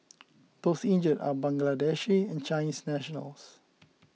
those injured are Bangladeshi and Chinese nationals